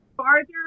farther